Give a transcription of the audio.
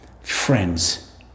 friends